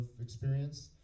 experience